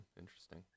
interesting